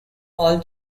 all